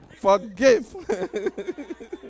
Forgive